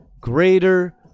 greater